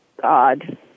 God